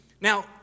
Now